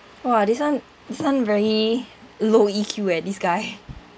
!wah! this [one] this [one] very low E_Q eh this guy